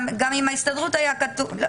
גם עם ההסתדרות היה כתוב.